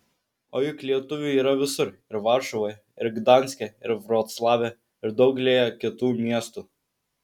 o juk lietuvių yra visur ir varšuvoje ir gdanske ir vroclave ir daugelyje kitų miestų